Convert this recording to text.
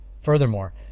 furthermore